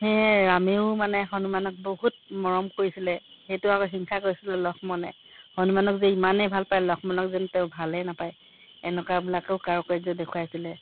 সেয়েহে ৰামেও মানে হনুমানক বহুত মৰম কৰিছিলে সেইটো আকৌ হিংসা কৰিছিলে লক্ষ্মণে হনুমানক যে ইমানেই ভাল পায় লক্ষ্মণক যেন তেওঁ ভালেই নাপায় এনেকুৱাবিলাকেও কাৰুকাৰ্য্য় দেখুৱাইছিলে